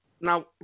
Now